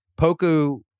Poku